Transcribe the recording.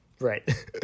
right